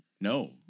no